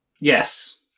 Yes